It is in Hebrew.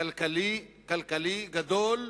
כלכלי גדול,